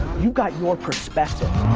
you got your perspective.